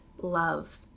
love